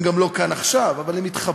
הם גם לא כאן עכשיו, אבל הם התחבאו.